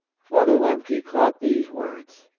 father lemke caught these words